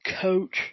Coach